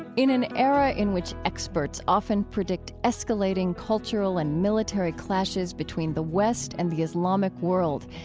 in an era in which experts often predict escalating cultural and military clashes between the west and the islamic world,